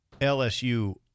LSU